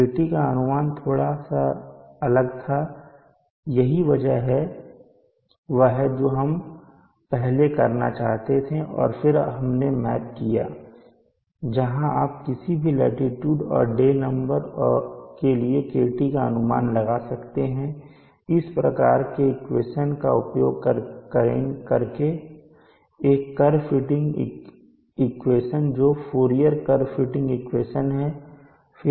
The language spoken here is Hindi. KT का अनुमान थोड़ा अलग था यही वह है जो हम पहले करना चाहते थे और फिर अब हमने मैप किया है जहां आप किसी भी लाटीट्यूड और डे नंबर के लिए KT का अनुमान लगा सकते हैं हम इस प्रकार के इक्वेशन का उपयोग करेंगे एक कर्व फिटिंग इक्वेशन जो फूरियर कर्व फिटिंग इक्वेशन है